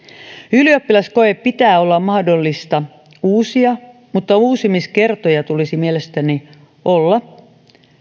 ylioppilaskoe pitää olla mahdollista uusia mutta uusimiskertoja tulisi mielestäni olla